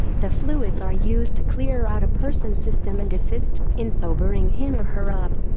the fluids are used to clear out a person's system and assist in sobering him or her up